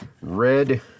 red